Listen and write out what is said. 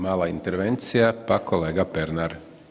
Mala intervencija pa kolega Pernar.